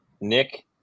Nick